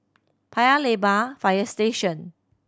Paya Lebar Fire Station